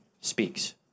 speaks